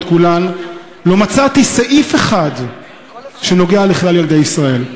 כולן לא מצאתי סעיף אחד שנוגע לכלל ילדי ישראל.